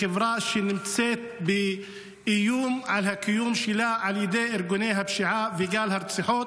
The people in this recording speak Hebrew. לחברה שנמצאת באיום על הקיום שלה על ידי ארגוני הפשיעה וגל הרציחות,